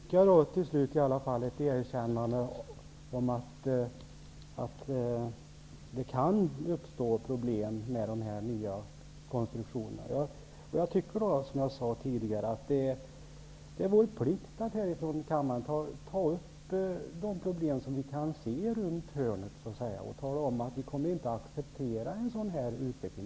Fru talman! Så fick jag då till slut ett erkännande om att det kan uppstå problem med den nya konstruktionen. Som jag tidigare sade är det vår plikt att i denna kammare ta upp de problem som vi kan se runt hörnet och tala om att vi inte kommer att acceptera en sådan utveckling.